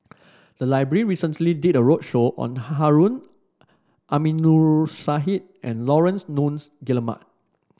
the library recently did a roadshow on Harun Aminurrashid and Laurence Nunns Guillemard